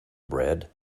bread